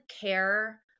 care